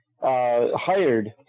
hired